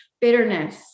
Bitterness